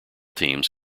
teams